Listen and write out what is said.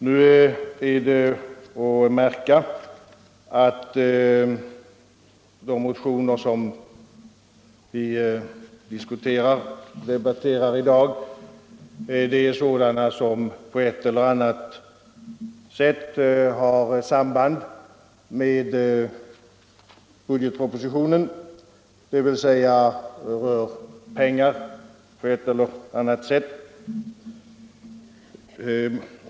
Nu är att märka att de motioner som vi diskuterar i dag är sådana som har samband med budgetpropositionen, dvs. som rör pengar på ett eller annat sätt.